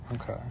Okay